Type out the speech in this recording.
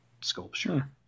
sculpture